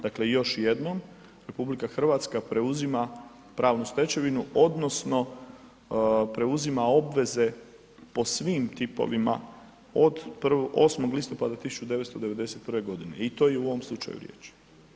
Dakle, još jednom RH preuzima pravnu stečevinu odnosno preuzima obveze po svim tipovima od 8. listopada 1991. i to je i u ovom slučaju riječ.